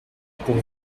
pour